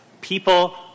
people